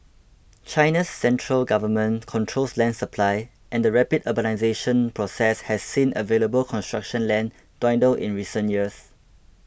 China's central government controls land supply and the rapid urbanisation process has seen available construction land dwindle in recent years